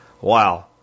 Wow